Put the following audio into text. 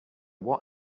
what